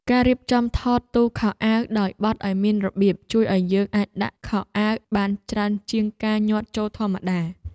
ការរៀបចំថតទូខោអាវដោយបត់ឱ្យមានរបៀបជួយឱ្យយើងអាចដាក់ខោអាវបានច្រើនជាងការញាត់ចូលធម្មតា។